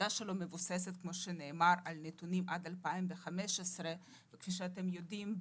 שעבודתו מבוססת על נתונים עד 2015. כפי שאתם יודעים,